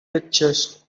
pictures